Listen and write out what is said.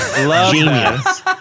Genius